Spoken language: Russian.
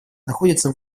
находятся